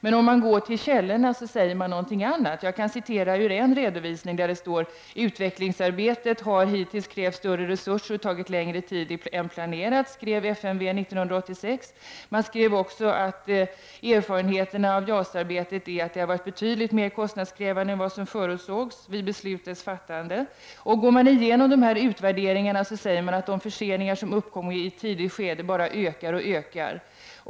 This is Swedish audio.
Men om man går till källorna sägs där någonting annat. Jag kan citera en redovisning där det står: ”Utvecklingsarbetet hos IG Jas har hittills krävt större resurser och tagit längre tid än planerat.” Det skrev FMV 1986. Vidare skrevs att ”FMVs erfarenhet av Jas 39-arbetet är att det varit betydligt mer kostnadskrävande än vad som förutsågs vid Jas-beslutet.” Går man igenom dessa utvärderingar finner man att det där sägs att de förseningar som uppkom i ett tidigt skede bara ökar och ökar.